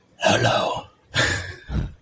Hello